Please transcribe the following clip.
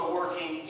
working